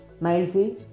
Maisie